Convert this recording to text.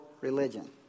religion